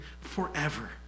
forever